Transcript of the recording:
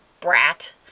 brat